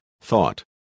thought